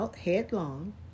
headlong